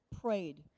prayed